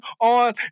on